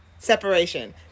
separation